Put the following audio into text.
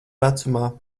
vecumā